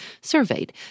surveyed